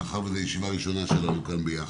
מאחר שזו הישיבה הראשונה שלנו כאן ביחד.